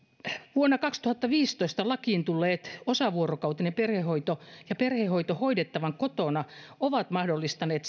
vuonna kaksituhattaviisitoista lakiin tulleet osavuorokautinen perhehoito ja perhehoito hoidettavan kotona ovat mahdollistaneet